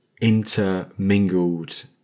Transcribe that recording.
intermingled